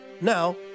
Now